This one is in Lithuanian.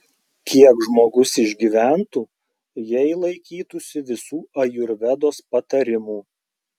kiek žmogus išgyventų jei laikytųsi visų ajurvedos patarimų